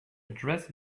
address